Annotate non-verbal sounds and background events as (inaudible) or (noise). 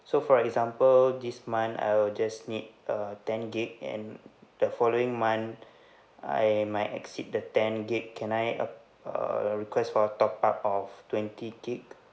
so for example this month I will just need uh ten gig and the following month (breath) I might exceed the ten gig can I uh uh request for a top up of twenty gig